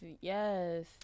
yes